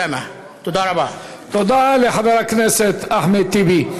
תודה לחבר הכנסת אחמד טיבי.